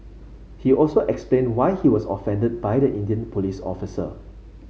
he also explained why he was offended by the Indian police officer